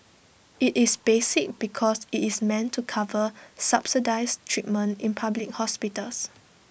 IT is basic because IT is meant to cover subsidised treatment in public hospitals